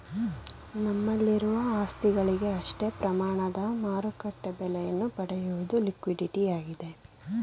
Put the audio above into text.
ನಮ್ಮಲ್ಲಿರುವ ಆಸ್ತಿಗಳಿಗೆ ಅಷ್ಟೇ ಪ್ರಮಾಣದ ಮಾರುಕಟ್ಟೆ ಬೆಲೆಯನ್ನು ಪಡೆಯುವುದು ಲಿಕ್ವಿಡಿಟಿಯಾಗಿದೆ